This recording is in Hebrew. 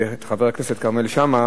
וחבר הכנסת כרמל שאמה,